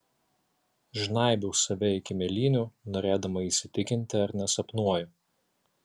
žnaibiau save iki mėlynių norėdama įsitikinti ar nesapnuoju